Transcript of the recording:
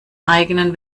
eigenen